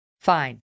Fine